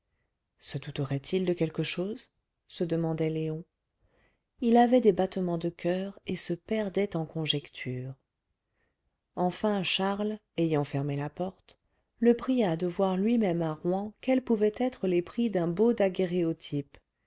se douterait il de quelque chose se demandait léon il avait des battements de coeur et se perdait en conjectures enfin charles ayant fermé la porte le pria de voir lui-même à rouen quels pouvaient être les prix d'un beau daguerréotype